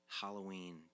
Halloween